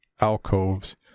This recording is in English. alcoves